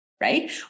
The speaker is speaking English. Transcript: right